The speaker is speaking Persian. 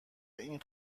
این